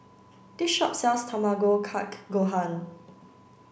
this shop sells Tamago Kake Gohan